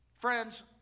Friends